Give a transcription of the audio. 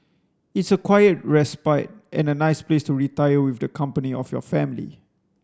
it's a quiet respite and a nice place to retire with the company of your family